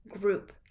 group